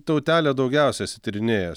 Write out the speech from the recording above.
tautelę daugiausiai esi tyrinėjęs